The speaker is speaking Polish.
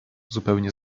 zupełnie